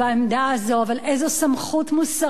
אבל איזו סמכות מוסרית יש לו בכלל,